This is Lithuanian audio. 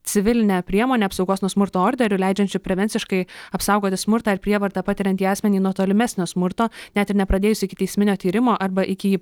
civilinę priemonę apsaugos nuo smurto orderiu leidžiančiu prevenciškai apsaugoti smurtą ar prievartą patiriantį asmenį nuo tolimesnio smurto net ir nepradėjus ikiteisminio tyrimo arba iki jį